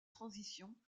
transition